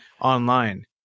online